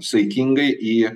saikingai į